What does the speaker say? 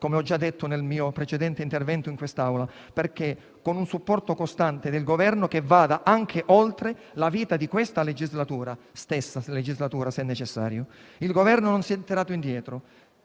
come ho già detto nel mio precedente intervento in quest'Aula, con un supporto costante del Governo, che vada anche oltre la vita di questa legislatura, se necessario. Il Governo non si è tirato indietro,